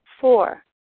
Four